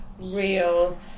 real